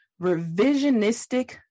revisionistic